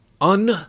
un-